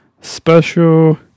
Special